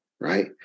right